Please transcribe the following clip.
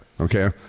okay